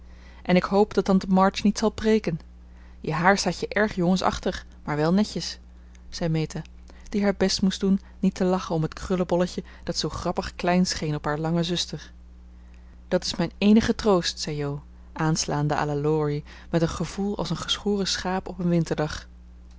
en ik hoop dat tante mach niet zal preeken je haar staat je erg jongensachtig maar wel netjes zei meta die haar best moest doen niet te lachen om het krullebolletje dat zoo grappig klein scheen op haar lange zuster dat is mijn eenige troost zei jo aanslaande à la laurie met een gevoel als een geschoren schaap op een winterdag